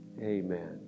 amen